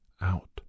out